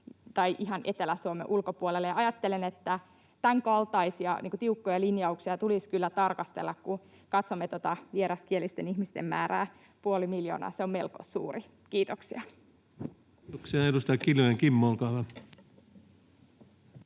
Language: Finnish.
tai ihan Etelä-Suomen ulkopuolelle. Ja ajattelen, että tämänkaltaisia tiukkoja linjauksia tulisi kyllä tarkastella, kun katsomme tätä vieraskielisten ihmisten määrää — puoli miljoonaa, se on melko suuri. — Kiitoksia. Kiitoksia. — Edustaja Kiljunen, Kimmo, olkaa